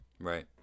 right